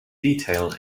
detail